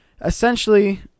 Essentially